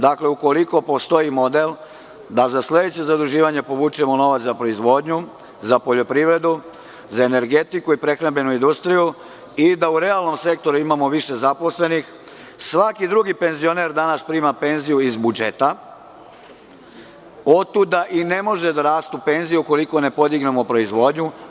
Dakle, ukoliko postoji model da za sledeće zaduživanje povučemo novac za proizvodnju, za poljoprivredu, za energetiku i prehrambenu industriju i da u realnom sektoru imamo više zaposlenih, svaki drugi penzioner danas prima penziju iz budžeta, otuda i ne mogu da rastu penzije ukoliko ne podignemo proizvodnju.